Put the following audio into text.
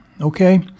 Okay